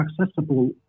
accessible